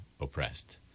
oppressed